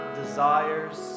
desires